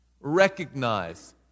recognize